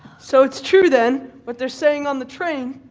so it's true then? what they're saying on the train?